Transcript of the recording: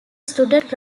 student